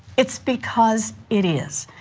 it's because it is.